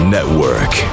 Network